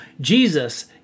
Jesus